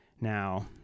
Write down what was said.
Now